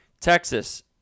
Texas